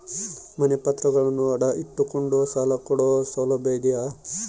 ಮನೆ ಪತ್ರಗಳನ್ನು ಅಡ ಇಟ್ಟು ಕೊಂಡು ಸಾಲ ಕೊಡೋ ಸೌಲಭ್ಯ ಇದಿಯಾ?